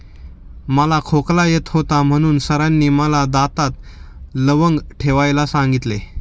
मला खोकला येत होता म्हणून सरांनी मला दातात लवंग ठेवायला सांगितले